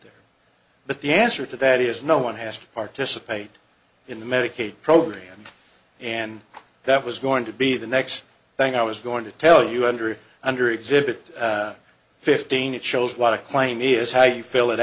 there but the answer to that is no one has to participate in the medicaid program and that was going to be the next thing i was going to tell you enter it under exhibit fifteen it shows what a claim is how you fill it